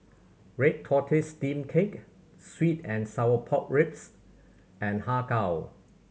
red tortoise steamed cake sweet and sour pork ribs and Har Kow